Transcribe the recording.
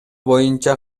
боюнча